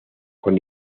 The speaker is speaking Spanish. con